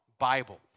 Bible